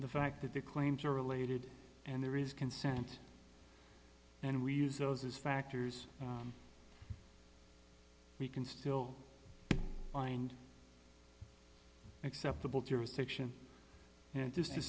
the fact that the claims are related and there is consent and we use those as factors we can still find acceptable jurisdiction just to